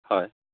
হয়